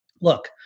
look